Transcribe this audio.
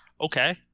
okay